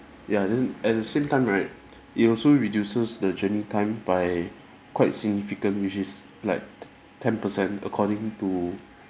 ya then at the same time right it also reduces the journey time by quite significant which is like t~ ten per cent according to